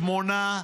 אב לשמונה,